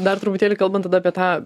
dar truputėlį kalbant tada apie tą